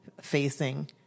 facing